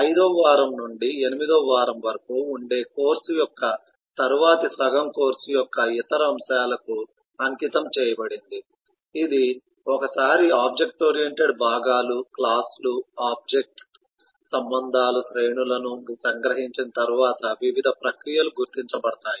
5 వ వారం నుండి 8 వ వారం వరకు ఉండే కోర్సు యొక్క తరువాతి సగం కోర్సు యొక్క ఇతర అంశాలకు అంకితం చేయబడింది ఇది ఒకసారి ఆబ్జెక్ట్ ఓరియెంటెడ్ భాగాలు క్లాస్ లు ఆబ్జెక్ట్ సంబంధాల శ్రేణులను సంగ్రహించిన తరువాత వివిధ ప్రక్రియలు గుర్తించబడతాయి